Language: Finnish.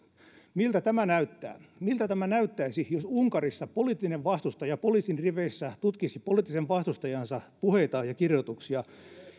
miltä tämä näyttää miltä tämä näyttäisi jos unkarissa poliittinen vastustaja poliisin riveissä tutkisi poliittisen vastustajansa puheita ja kirjoituksia